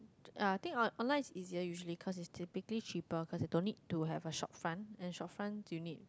uh I think online is easier usually cause is typically cheaper cause you don't need to have a shopfront and shopfront you need